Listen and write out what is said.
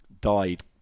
died